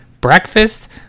Breakfast